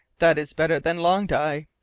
that is better than long die.